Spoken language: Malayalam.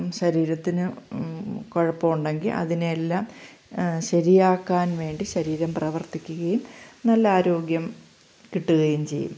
ശരീരത്തിന് കുഴപ്പമുണ്ടെങ്കിൽ അതിനെയെല്ലാം ശരിയാക്കാൻ വേണ്ടി ശരീരം പ്രവർത്തിക്കുകയും നല്ല ആരോഗ്യം കിട്ടുകയും ചെയ്യും